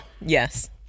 yes